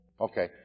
Okay